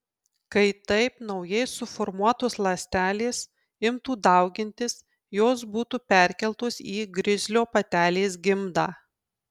kai taip naujai suformuotos ląstelės imtų daugintis jos būtų perkeltos į grizlio patelės gimdą